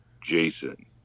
Jason